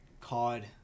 Cod